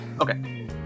Okay